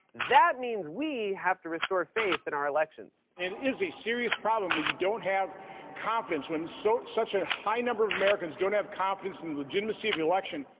that means we have to restore faith in our elections. it is a serious problem when you don't have confidence, when so such a high number of americans don't have confidence in the legitimacy of the election.